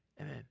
Amen